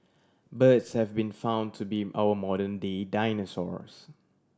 birds have been found to be our modern day dinosaurs